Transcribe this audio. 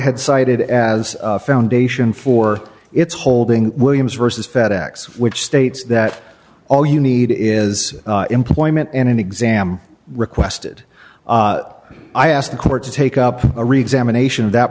had cited as a foundation for its holding williams versus fed ex which states that all you need is employment and an exam requested i asked the court to take up a